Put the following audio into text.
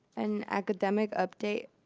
an academic update.